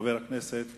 חבר הכנסת